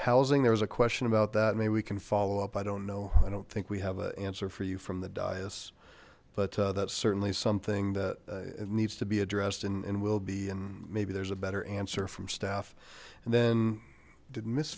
housing there was a question about that maybe we can follow up i don't know i don't think we have an answer for you from the dyess but that's certainly something that it needs to be addressed in and will be and maybe there's a better answer from staff and then didn't miss